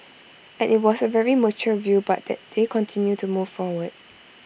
and IT was A very mature view but that they continue to move forward